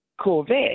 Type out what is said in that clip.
Corvette